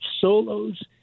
solos